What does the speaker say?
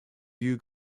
you